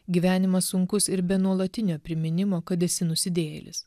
gyvenimas sunkus ir be nuolatinio priminimo kad esi nusidėjėlis